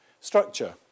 structure